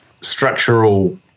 structural